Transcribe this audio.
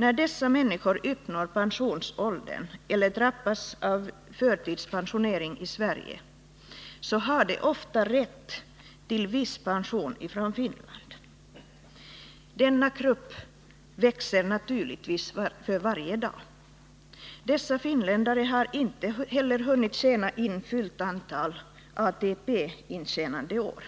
När dessa människor uppnår pensionsåldern eller drabbas av förtidspensionering i Sverige, har de ofta rätt till en viss pension från Finland. Denna grupp växer naturligtvis för varje dag. Dessa finländare har inte heller hunnit få fullt antal ATP-intjänandeår.